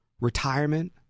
retirement